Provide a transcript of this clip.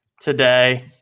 today